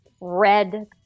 red